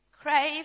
crave